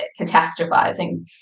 catastrophizing